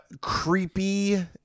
Creepy